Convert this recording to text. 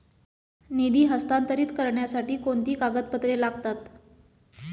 निधी हस्तांतरित करण्यासाठी कोणती कागदपत्रे लागतात?